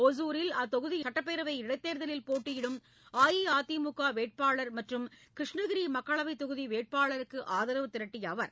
ஒசூரில் அத்தொகுதி சட்டப்பேரவை இடைத் தேர்தலில் போட்டியிடும் அஇஅதிமுக வேட்பாளர் மற்றும் கிருஷ்ணகிரி மக்களவைத் தொகுதி வேட்பாளருக்கு ஆதரவு திரட்டிய அவர்